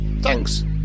thanks